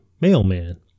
mailman